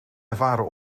ervaren